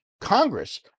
Congress